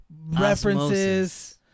references